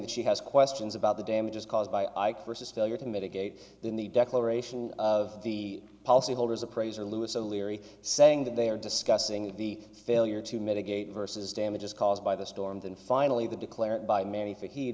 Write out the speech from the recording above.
that she has questions about the damages caused by i curse this failure to mitigate in the declaration of the policyholders appraiser louis o'leary saying that they are discussing the failure to mitigate versus damages caused by the storms and finally the declarant by mary for he